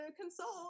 consult